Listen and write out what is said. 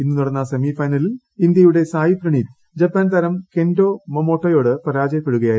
ഇന്നു നടന്ന സെമി ഫൈനലിൽ ഇന്ത്യയുടെ സായി പ്രണീത് ജപ്പാൻ താരം കെന്റോ മെമൊട്ട യോട് പരാജയപ്പെടുകയായിരുന്നു